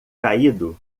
caído